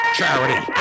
charity